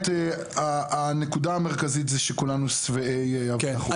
הנקודה המרכזית זה שכולנו שבעי הבטחות.